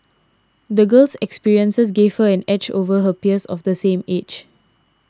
the girl's experiences gave her an edge over her peers of the same age